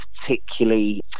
particularly